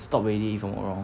stop already if I not wrong